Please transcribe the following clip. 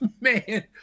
man